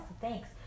thanks